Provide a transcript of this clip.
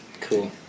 Cool